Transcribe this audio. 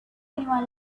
anyone